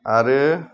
आरो